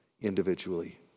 individually